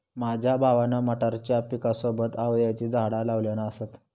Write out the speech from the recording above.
माझ्या भावान मटारच्या पिकासोबत आवळ्याची झाडा लावल्यान असत